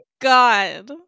god